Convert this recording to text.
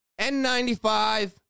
N95